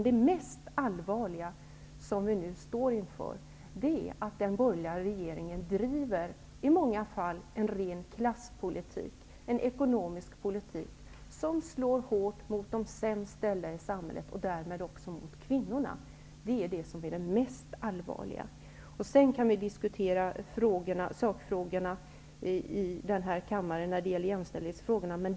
Det mest allvarliga som vi nu står inför är att den borgerliga regeringen i många fall driver en ren klasspolitik, en ekonomisk politik som slår hårt mot de sämst ställda i samhället och därmed också mot kvinnorna. Det är det mest allvarliga. Sedan kan vi diskutera sakfrågorna om jämställdhet i denna kammare.